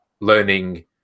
learning